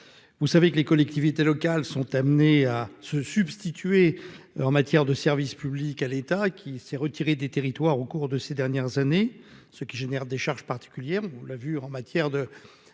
vous savez que les collectivités locales sont amenés à se substituer en matière de service public à l'État, qui s'est retirée des territoires au cours de ces dernières années, ce qui génère des charges particulières, on l'a vu en matière de